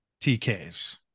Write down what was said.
tks